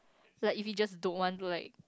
like if you just don't want to like